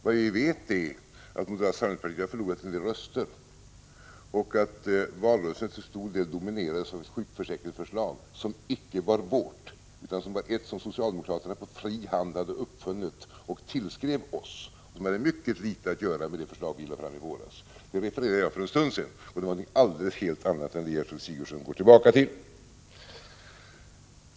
Vad vi vet är att moderata samlingspartiet har förlorat en del röster och att valrörelsen till stor del dominerades av ett sjukförsäkringsförslag som icke var vårt utan ett förslag som socialdemokraterna på fri hand har utarbetat och tillskrivit oss. Det har mycket litet att göra med det förslag som vi lade fram i våras. Det refererade jag för en stund sedan. Det var någonting helt annat än vad statsrådet Sigurdsen går tillbaka till.